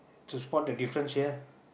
to spot the difference here